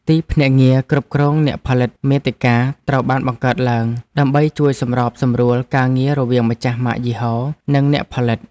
ទីភ្នាក់ងារគ្រប់គ្រងអ្នកផលិតមាតិកាត្រូវបានបង្កើតឡើង ដើម្បីជួយសម្របសម្រួលការងាររវាងម្ចាស់ម៉ាកយីហោនិងអ្នកផលិត។